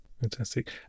fantastic